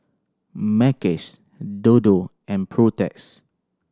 Mackays Dodo and Protex